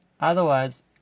otherwise